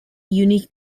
unique